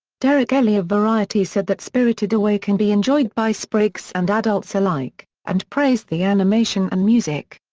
derek elley of variety said that spirited away can be enjoyed by sprigs and adults alike and praised the animation and music.